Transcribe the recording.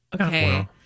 Okay